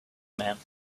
man